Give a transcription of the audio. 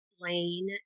lane